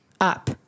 up